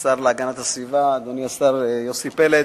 השר להגנת הסביבה, אדוני השר יוסי פלד,